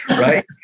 Right